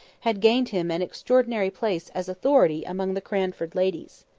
had gained him an extraordinary place as authority among the cranford ladies.